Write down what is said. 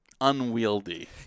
unwieldy